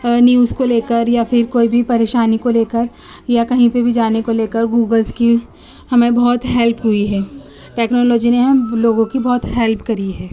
news کو لے کر یا پھر کوئی بھی پریشانی کو لے کر یا کہیں پہ بھی جانے کو لے کر گوگلس کی ہمیں بہت ہیلپ ہوئی ہے ٹکنالوجی نے ہم لوگوں کی بہت ہیلپ کی ہے